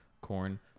corn